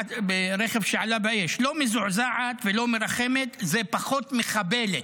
שעלה באש, "לא מזועזעת ולא מרחמת, זה פחות מחבלת",